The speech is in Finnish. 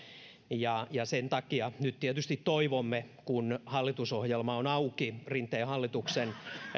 sen takia nyt tietysti toivomme kun hallitusohjelma on auki rinteen hallituksen